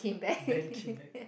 band came back